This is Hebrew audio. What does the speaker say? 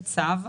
בצו,